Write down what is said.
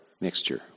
mixture